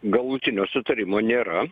galutinio sutarimo nėra